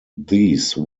these